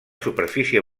superfície